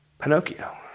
Pinocchio